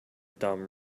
dumb